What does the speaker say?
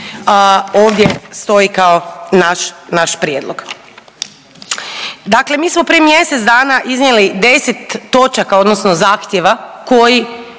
ovdje stoji kao naš, naš prijedlog. Dakle mi smo prije mjesec dana iznijeli 10 točaka odnosno zahtjeva koji,